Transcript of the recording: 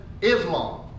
Islam